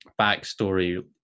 backstory